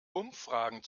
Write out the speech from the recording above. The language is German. umfragen